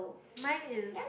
mine is